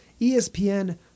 ESPN